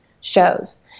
shows